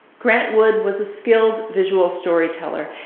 grant wood was a skilled visual storyteller,